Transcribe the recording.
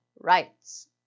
rights